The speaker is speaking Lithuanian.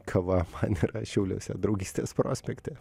kava man yra šiauliuose draugystės prospekte